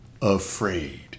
afraid